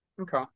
okay